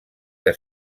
que